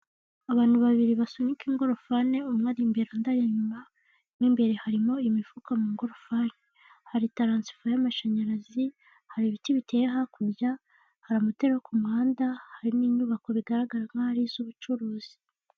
Abantu babiri basunika ingorofani umwe ari imbere undi ari inyuma, mo imbere harimo imifuka mu ma ngorofani, hari taransifo y'amashanyarazi, hari ibiti biteye hakurya, hari amatara yo ku muhanda, hari n'inyubako bigaragara nk'aho ari iz'ubucuruzi.